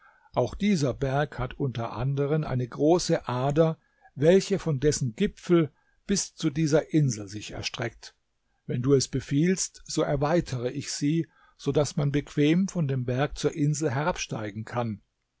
auch dieser berg hat unter anderen eine große ader welche von dessen gipfel bis zu dieser insel sich erstreckt wenn du es befiehlst so erweitere ich sie so daß man bequem von dem berg zur insel herabsteigen kann